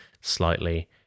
slightly